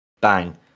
Bang